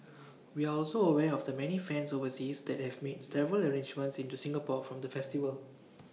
we are also aware of the many fans overseas that have made arrangements into Singapore for the festival